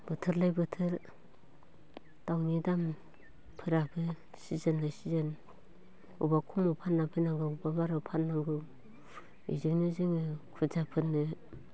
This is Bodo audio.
बोथोर लायो बोथोर दाउनि दामफोराबो सिजोनजों सिजोन अबावबा खमाव फानना फैनांगौ अबा बारायाव फाननांगौ बेजोंनो जोङो खुदियाफोरनो